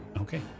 Okay